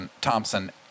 Thompson